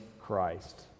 Christ